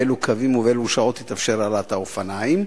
באילו קווים ובאילו שעות תתאפשר העלאת האופניים?